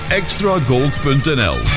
extragold.nl